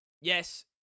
Yes